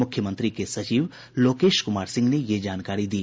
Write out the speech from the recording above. मुख्यमंत्री के सचिव लोकेश कुमार सिंह ने ये जानकारी दी